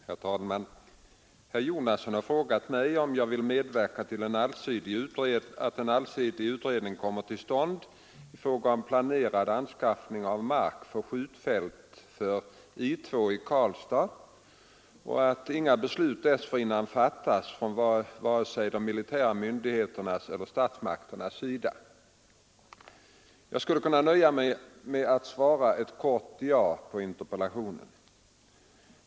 Herr talman! Herr Jonasson har frågat mig om jag vill medverka till att en allsidig utredning kommer till stånd i fråga om planerad anskaffning av mark för skjutfält för I 2 i Karlstad och att inga beslut dessförinnan fattas från vare sig de militära myndigheternas eller statsmakternas sida. Jag skulle kunna nöja mig med att svara ett kort ja på interpellationen.